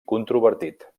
controvertit